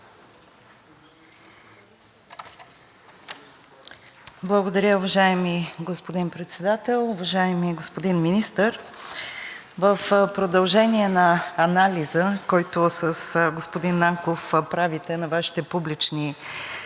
Благодаря. Уважаеми господин Председател, уважаеми господин Министър! В продължение на анализа, който с господин Нанков правите на Вашите публични изказвания,